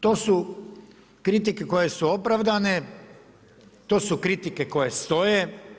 To su kritike koje su opravdane, to su kritike koje stoje.